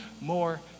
more